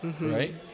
right